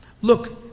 Look